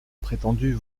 prétendue